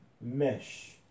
mesh